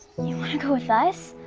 you wanna go with us?